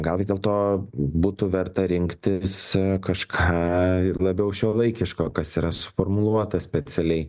gal vis dėlto būtų verta rinktis kažką labiau šiuolaikiško kas yra suformuluota specialiai